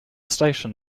station